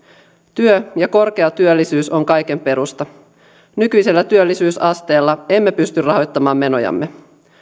työ ja korkea työllisyys on kaiken perusta nykyisellä työllisyysasteella emme pysty rahoittamaan menojamme